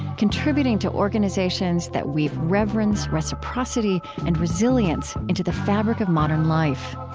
contributing to organizations that weave reverence, reciprocity, and resilience into the fabric of modern life.